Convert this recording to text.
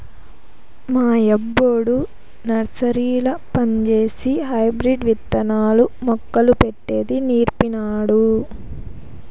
మా యబ్బొడు నర్సరీల పంజేసి హైబ్రిడ్ విత్తనాలు, మొక్కలు పెట్టేది నీర్పినాడు